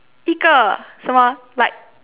一个什么啊 like